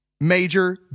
major